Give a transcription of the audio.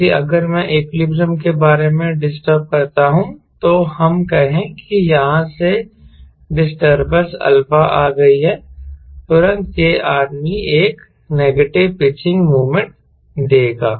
इसलिए अगर मैं इक्विलिब्रियम के बारे में डिस्टर्ब करता हूं तो हम कहें कि यहां से डिस्टरबेंस अल्फा आ गई है तुरंत यह आदमी एक नेगेटिव पिचिंग मोमेंट देगा